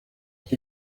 cyo